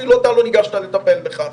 אפילו אתה לא ניגשת לטפל בכך.